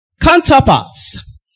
Counterparts